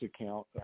account